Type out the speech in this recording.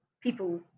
people